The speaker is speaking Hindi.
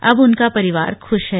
अब उनका परिवार ख्श है